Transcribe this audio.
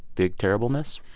big terribleness?